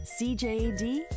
CJD